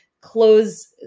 close